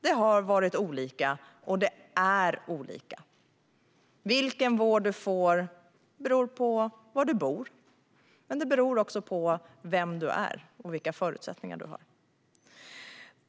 Det har varit olika, och det är olika. Vilken vård man får beror på var man bor, vem man är och vilka förutsättningar man har.